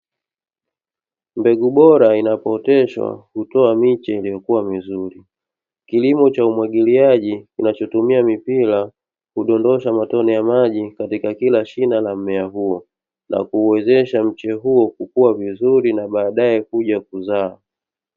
Mbegu bora inapooteshwa utoa miche iliyokuwa mizuri, kilimo cha umwagiliaji kinachotumia mipira. Hudondosha matone ya maji katika kila shina la mmea huo, na kuwezesha mche huo kukua vizuri na baadae kuja kuzaa.